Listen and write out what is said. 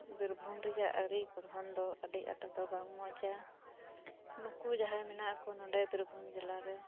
ᱵᱤᱨᱵᱷᱩᱢ ᱨᱮᱭᱟᱜ ᱟᱹᱨᱤ ᱠᱚᱞᱦᱚᱱ ᱫᱚ ᱟᱹᱰᱤ ᱟᱴ ᱫᱚ ᱵᱟᱝ ᱢᱚᱸᱡᱽ ᱱᱩᱠᱩ ᱡᱟᱸᱦᱟᱭ ᱢᱮᱱᱟᱜ ᱠᱚ ᱱᱚᱰᱮ ᱸᱵᱤᱨᱵᱷᱩᱱ ᱡᱮᱞᱟᱨᱮ